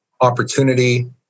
opportunity